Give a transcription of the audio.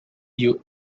you